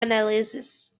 analysis